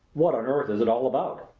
what on earth is it all about?